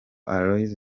aloys